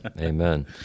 Amen